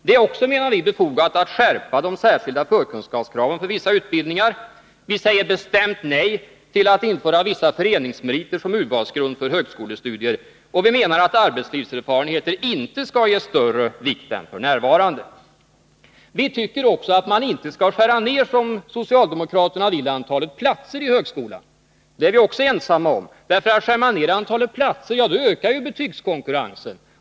Det är enligt vår mening också befogat att de särskilda förkunskapskraven för vissa utbildningar skärps. Vi säger bestämt nej till införandet av vissa föreningsmeriter som urvalsgrund för högskolestudier. Och vi menar att arbetslivserfarenheter inte skall tillmätas större vikt än f. n. Vi tycker också att man inte skall skära ner antalet platser i högskolan, vilket socialdemokraterna vill göra. Den åsikten är vi också ensamma om. Skärs antalet platser ner ökar ju betygskonkurrensen.